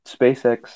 SpaceX